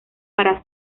para